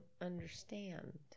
understand